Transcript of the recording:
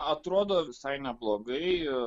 atrodo visai neblogai